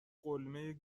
قلمه